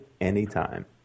anytime